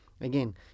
again